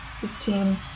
Fifteen